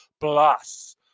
Plus